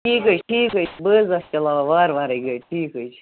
ٹھیٖک حظ چھِ ٹھیٖک حظ چھِ بہٕ حظ آسہٕ چَلاوان وارٕ وارَے گٲڑۍ ٹھیٖک حظ چھِ